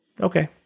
okay